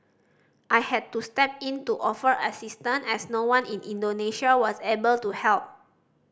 I had to step in to offer assistance as no one in Indonesia was able to help